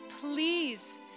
please